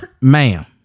Ma'am